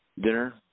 dinner